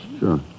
Sure